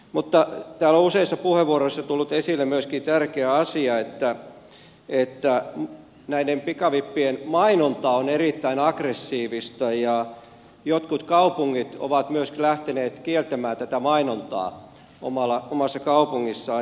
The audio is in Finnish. mutta täällä on useissa puheenvuoroissa tullut esille myöskin tärkeä asia että näiden pikavippien mainonta on erittäin aggressiivista ja jotkut kaupungit ovat myöskin lähteneet kieltämään tätä mainontaa omassa kaupungissaan